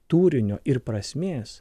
turinio ir prasmės